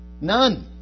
None